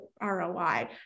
ROI